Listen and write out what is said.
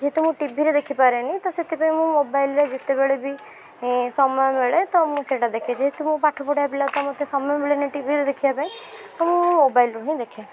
ଯେହେତୁ ମୁଁ ଟିଭିରେ ଦେଖି ପାରେନି ତ ସେଥିପାଇଁ ମୁଁ ମୋବାଇଲ୍ରେ ଯେତେବେଳେ ବି ସମୟ ମିଳେ ତ ମୁଁ ସେଇଟା ଦେଖେ ଯେହେତୁ ମୁଁ ପାଠପଢ଼ା ପିଲା ତ ମୋତେ ସମୟ ମିଳେନି ଟିଭିରେ ଦେଖିବା ପାଇଁ ତ ମୁଁ ମୋବାଇଲ୍ରୁ ହିଁ ଦେଖେ